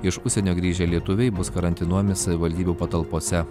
iš užsienio grįžę lietuviai bus karantinuojami savivaldybių patalpose